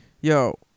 Yo